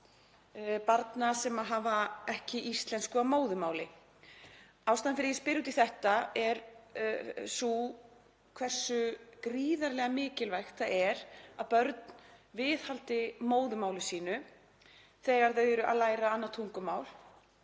barna sem hafa ekki íslensku að móðurmáli. Ástæðan fyrir því að ég spyr út í þetta er sú hversu gríðarlega mikilvægt það er að börn viðhaldi móðurmáli sínu þegar þau eru að læra annað tungumál